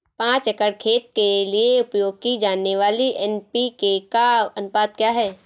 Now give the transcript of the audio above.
पाँच एकड़ खेत के लिए उपयोग की जाने वाली एन.पी.के का अनुपात क्या है?